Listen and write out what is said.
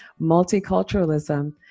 multiculturalism